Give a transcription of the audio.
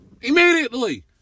immediately